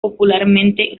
popularmente